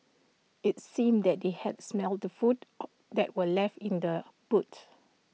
IT seemed that they had smelt the food that were left in the boot